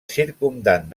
circumdant